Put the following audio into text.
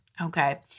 okay